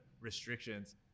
restrictions